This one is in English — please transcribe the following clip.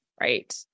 Right